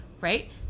right